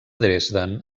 dresden